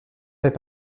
fait